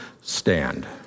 stand